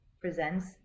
presents